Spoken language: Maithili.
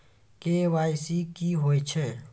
के.वाई.सी की होय छै?